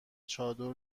چادر